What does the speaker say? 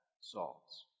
solves